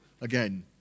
again